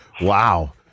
Wow